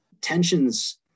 tensions